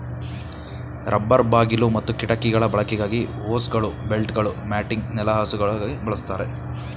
rubber ಬಾಗಿಲು ಮತ್ತು ಕಿಟಕಿಗಳ ಬಳಕೆಗಾಗಿ ಹೋಸ್ಗಳು ಬೆಲ್ಟ್ಗಳು ಮ್ಯಾಟಿಂಗ್ ನೆಲಹಾಸುಗಾಗಿ ಬಳಸ್ತಾರೆ